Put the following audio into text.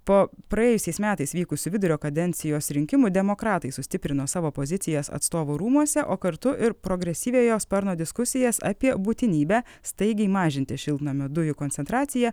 po praėjusiais metais vykusių vidurio kadencijos rinkimų demokratai sustiprino savo pozicijas atstovų rūmuose o kartu ir progresyviojo sparno diskusijas apie būtinybę staigiai mažinti šiltnamio dujų koncentraciją